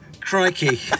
Crikey